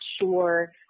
sure